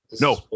No